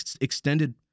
extended